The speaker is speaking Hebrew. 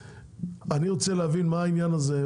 אני רוצה להבין מה העניין הזה,